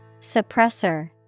Suppressor